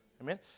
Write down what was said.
Amen